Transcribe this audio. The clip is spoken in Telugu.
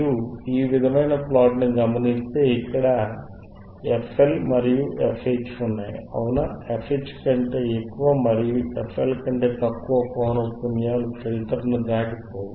మీరు ఈ విధమైన ప్లాట్ ని గమనిస్తే అక్కడ fL ఇక్కడ fH ఉన్నాయి అవునా fH కంటే ఎక్కువ మరియు fL కంటే తక్కువ పౌనఃపున్యాలు ఫిల్టర్ ని దాటి పోవు